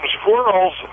squirrels